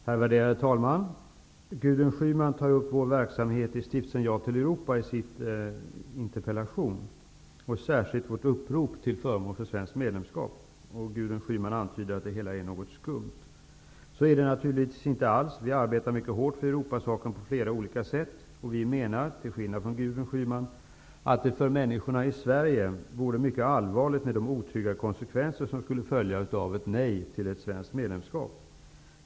Herr talman! Gudrun Schyman tar i sin interpellation upp verksamheten i Stiftelsen Ja till Europa, och särskilt uppropet till förmån för svenskt medlemskap. Gudrun Schyman antyder att det hela är fråga om något skumt. Så är det naturligtvis inte alls. I stiftelsen arbetar vi på flera olika sätt mycket hårt för Europafrågan. Till skillnad från Gudrun Schyman menar vi att det för människorna i Sverige vore mycket allvarligt med de otrygga konsekvenser som skulle följa av ett nej till ett svenskt medlemskap.